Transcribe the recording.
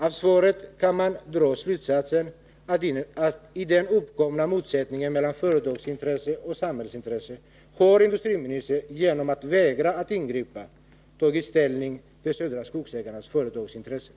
Av svaret kan man dra slutsatsen att i den uppkomna motsättningen mellan företagsintresse och samhällsintresse har industriministern genom att vägra ingripa tagit ställning för Södra Skogsägarnas företagsintressen.